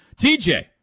TJ